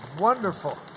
wonderful